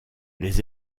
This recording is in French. les